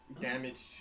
damaged